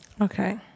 Okay